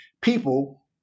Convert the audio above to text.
people